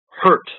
hurt